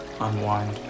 Unwind